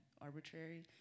arbitrary